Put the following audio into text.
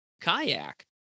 kayak